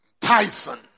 Tyson